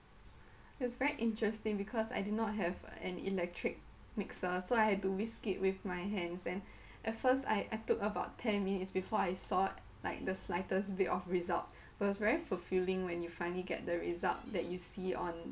it was very interesting because I do not have an electric mixer so I had to whisk it with my hands and at first I I took about ten minutes before I saw like the slightest bit of result but it was very fulfilling when you finally get the result that you see on